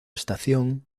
estación